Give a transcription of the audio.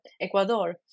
Ecuador